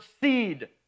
seed